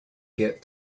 get